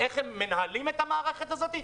איך הם מנהלים את המערכת הזאת,